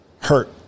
hurt